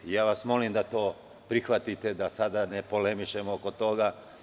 Molim vas da to prihvatite, da sada ne polemišemo oko toga.